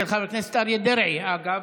של חבר הכנסת אריה דרעי, אגב,